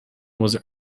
was